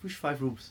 which five rooms